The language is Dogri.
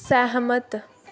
सैह्मत